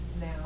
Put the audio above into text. now